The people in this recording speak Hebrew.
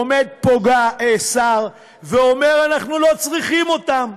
עומד פה שר ואומר: אנחנו לא צריכים אותם,